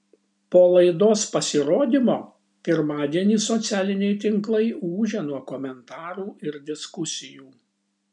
po laidos pasirodymo pirmadienį socialiniai tinklai ūžia nuo komentarų ir diskusijų